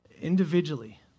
Individually